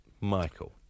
Michael